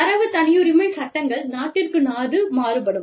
தரவு தனியுரிமை சட்டங்கள் நாட்டிற்கு நாடு மாறுபடும்